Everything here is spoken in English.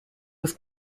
was